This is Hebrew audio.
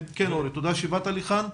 כן, אורי, תודה שבאת לכאן.